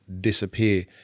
disappear